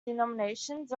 denominations